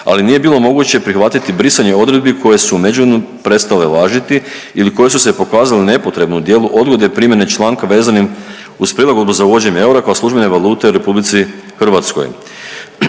ali nije bilo moguće prihvatiti brisanje odredbi koje su u .../Govornik se ne razumije./... prestale važiti ili koje su se pokazale nepotrebne u dijelu odgode primjene članka vezanim uz prilagodbu za uvođenjem eura kao službene valute u RH. Tijekom